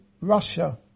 Russia